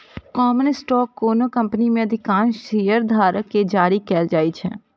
common stock कोनो company मे अधिकांश शेयरधारक कें जारी कैल जाइ छै